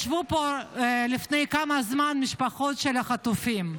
וישבו פה לפני כמה זמן המשפחות של החטופים.